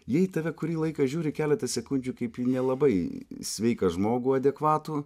jie tave kurį laiką žiūri keletą sekundžių kaip nelabai sveiką žmogų adekvatų